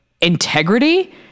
integrity